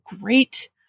great